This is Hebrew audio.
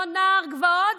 לא נער גבעות,